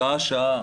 שעה-שעה,